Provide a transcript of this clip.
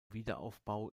wiederaufbau